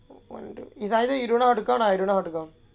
is either you don't how to count or I don't know how to count